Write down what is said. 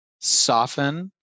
soften